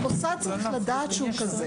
מוסד צריך לדעת שהוא כזה.